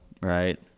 Right